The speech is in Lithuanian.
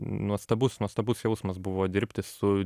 nuostabus nuostabus jausmas buvo dirbti su